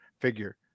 figure